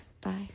bye